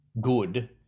good